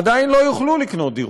עדיין לא יוכלו לקנות דירות,